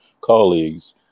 colleagues